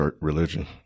religion